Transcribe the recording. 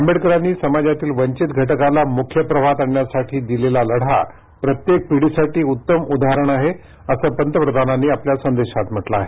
आंबेडकरांनी समाजातील वंचित घटकाला मुख्य प्रवाहात आणण्यासाठी दिलेला लढा प्रत्येक पिढीसाठी उत्तम उदाहरण आहे असं पंतप्रधानांनी आपल्या संदेशात म्हटलं आहे